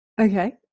okay